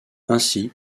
ainsi